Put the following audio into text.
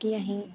के अहीं